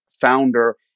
founder